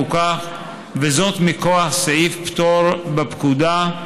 וזאת מכוח סעיף פטור בפקודה,